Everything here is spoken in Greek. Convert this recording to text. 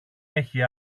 έχει